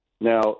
Now